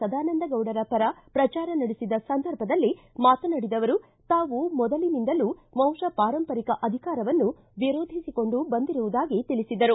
ಸದಾನಂದ ಗೌಡರ ಪರ ಪ್ರಚಾರ ನಡೆಸಿದ ಸಂದರ್ಭದಲ್ಲಿ ಮಾತನಾಡಿದ ಅವರು ತಾವು ಮೊದಲಿನಿಂದಲೂ ವಂಶಪಾರಂಪರಿಕ ಅಧಿಕಾರವನ್ನು ವಿರೋಧಿಸಿಕೊಂಡು ಬಂದಿರುವುದಾಗಿ ತಿಳಿಸಿದರು